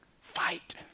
Fight